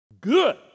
Good